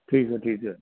ਠੀਕ ਹੈ ਠੀਕ ਹੈ